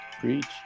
Preach